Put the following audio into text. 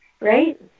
Right